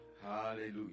Hallelujah